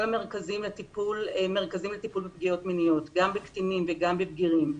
כל המרכזים לטיפול בפגיעות מיניות גם בקטינים וגם בבגירים,